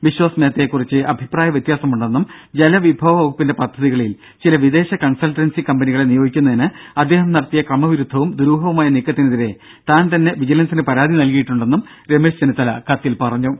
ബിശ്വാസ് മേത്തയെക്കുറിച്ച് അഭിപ്രായ വ്യത്യാസമുണ്ടെന്നും ജലിവിഭവ വകുപ്പിന്റെ പദ്ധതികളിൽ ചില വിദേശ കൺസൾട്ടൻസി കമ്പനികളെ നിയോഗിക്കുന്നതിന് അദ്ദേഹം നടത്തിയ ക്രമവിരുദ്ധവും ദൂരൂഹവുമായ നീക്കത്തിനെതിരെ താൻ തന്നെ വിജിലൻസിന് പരാതി നൽകിയിട്ടുണ്ടെന്നും രമേശ് ചെന്നിത്തല കത്തിൽ പറഞ്ഞു